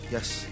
Yes